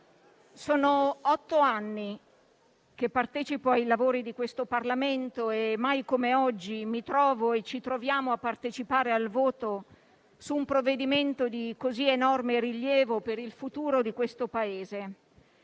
sono otto anni che partecipo ai lavori di questo Parlamento e mai come oggi mi trovo e ci troviamo a partecipare al voto su un provvedimento di così enorme rilievo per il futuro di questo Paese.